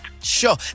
sure